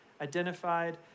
Identified